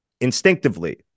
Instinctively